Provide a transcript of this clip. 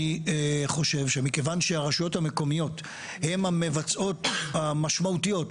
אני חושב שמכיוון שהרשויות המקומיות הן המבצעות המשמעותיות,